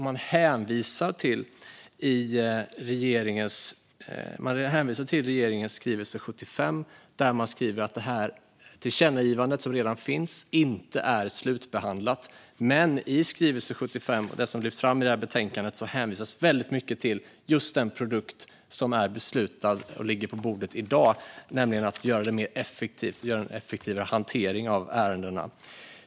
Man hänvisar till regeringens skrivelse 2019/20:75, där det framgår att tillkännagivandet inte är slutbehandlat. I betänkandet lyfts fram från skrivelse 75 den produkt som är beslutad och ligger på bordet i dag, nämligen att få fram en effektivare hantering av ärendena.